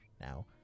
now